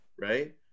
right